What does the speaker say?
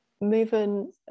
moving